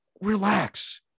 relax